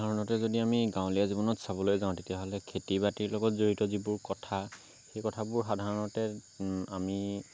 সাধাৰণতে যদি আমি গাঁৱলীয়া জীৱনত চাবলৈ যাওঁ তেতিয়াহ'লে খেতি বাতিৰ লগত জড়িত যিবোৰ কথা সেই কথাবোৰ সাধাৰণতে আমি